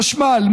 חשמל,